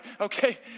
okay